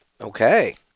Okay